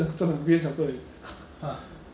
tau huey zui rojak and chicken rice